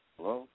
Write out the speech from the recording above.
Hello